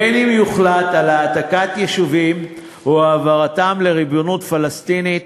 בין שיוחלט על העתקת יישובים או העברתם לריבונות פלסטינית,